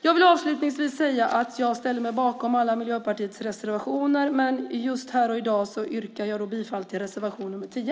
Avslutningsvis vill jag säga att jag ställer mig bakom alla miljöpartiets reservationer, men här och i dag yrkar jag bifall endast till reservation 10.